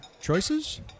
choices